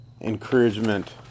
encouragement